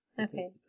Okay